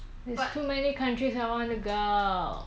there's too many countries I want to go